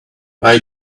why